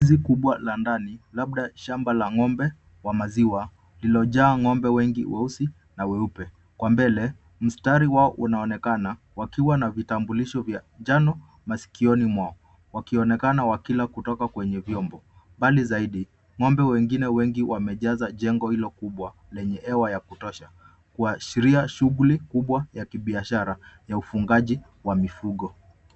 kubwa la ndani labda shamba la ng'ombe wa maziwa lililojaa ng'ombwe wengi weusi na weupe. Kwa mbele, mstari wao unaonekana wakiwa na vitambulisho vya njano masikioni mwao wakionekana wakila kutoka kwenye vyombo. Mbali zaidi, ng'ombe wengine zaidi wamejaza jengo hilo kubwa lenye hewa ya kutosha kuashiria shughuli kubwa ya kibiashara ya ufagaji wa mifugo.